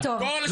לא,